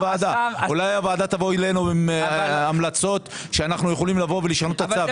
אולי הוועדה תבוא אלינו עם המלצות שאפשר לשנות את הצו.